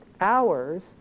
hours